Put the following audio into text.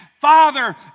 Father